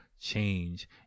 change